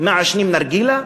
מעשנים נרגילה,